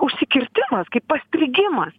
užsikirtimas kaip pastrigimas